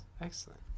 excellent